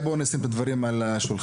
רבותיי, בואו נשים את הדברים על השולחן.